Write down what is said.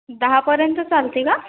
दहापर्यंत चालते का